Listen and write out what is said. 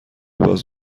باز